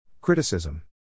Criticism